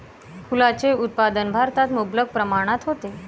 फुलांचे उत्पादन भारतात मुबलक प्रमाणात होते